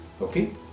Okay